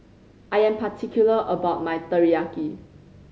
I am particular about my Teriyaki